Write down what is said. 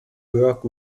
work